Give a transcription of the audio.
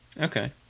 Okay